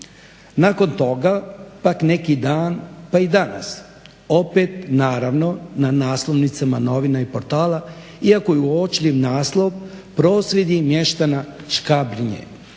Nakon toga pak neki dan pa i danas opet naravno na naslovnicama novina i portala jako je uočljiv naslov – Prosvjedi mještana Škabrnje.